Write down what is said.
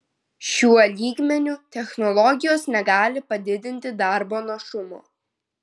šiuo lygmeniu technologijos negali padidinti darbo našumo